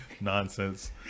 Nonsense